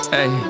Hey